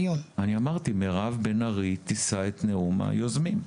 אמרתי, מירב בן ארי תישא את נאום היוזמים.